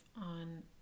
on